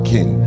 King